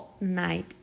Night